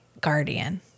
guardian